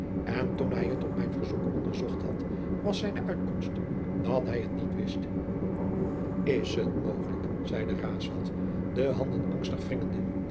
en toen hij het op mijn verzoek onderzocht had was zijne uitkomst dat hij het niet wist is het mogelijk zeide raesfelt de handen angstig